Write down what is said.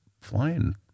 flying